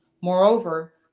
Moreover